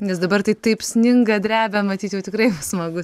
nes dabar tai taip sninga drebia matyt jau tikrai smagu